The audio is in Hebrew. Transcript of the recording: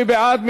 מי בעד?